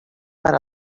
per